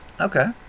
Okay